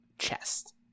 chest